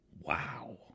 wow